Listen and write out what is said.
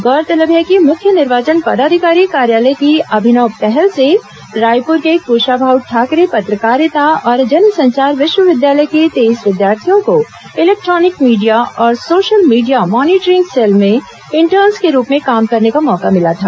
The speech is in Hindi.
गौरतलब है कि मुख्य निर्वाचन पदाधिकारी कार्यालय की अभिनव पहल से रायपुर के क्शाभाऊ ठाकरे पत्रकारिता और जनसंचार विश्वविद्यालय के तेईस विद्यार्थियों को इलेक्ट्रॉनिक मीडिया और सोशल मीडिया मॉनिटरिंग सेल में इंटर्न्स के रूप में काम करने का मौका मिला था